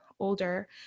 older